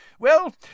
Well